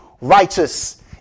righteous